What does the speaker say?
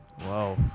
Wow